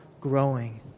growing